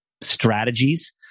strategies